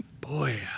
Boy